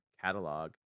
catalog